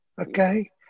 okay